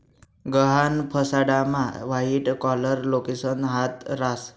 गहाण फसाडामा white collar लोकेसना हात रास